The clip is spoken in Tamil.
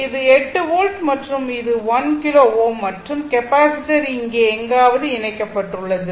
இது 8 வோல்ட் மற்றும் இது 1 கிலோ Ω மற்றும் கெப்பாசிட்டர் இங்கே எங்காவது இணைக்கப்பட்டுள்ளது